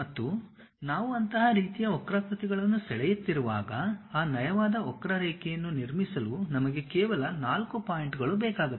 ಮತ್ತು ನಾವು ಅಂತಹ ರೀತಿಯ ವಕ್ರಾಕೃತಿಗಳನ್ನು ಸೆಳೆಯುತ್ತಿರುವಾಗ ಆ ನಯವಾದ ವಕ್ರರೇಖೆಯನ್ನು ನಿರ್ಮಿಸಲು ನಮಗೆ ಕೇವಲ 4 ಪಾಯಿಂಟ್ಗಳು ಬೇಕಾಗುತ್ತವೆ